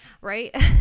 right